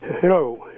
Hello